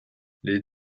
les